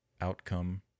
outcome